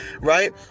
right